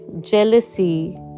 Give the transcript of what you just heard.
jealousy